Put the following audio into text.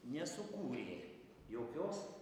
nesukūrė jokios